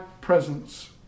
presence